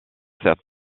cette